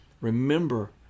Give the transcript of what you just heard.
Remember